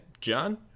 John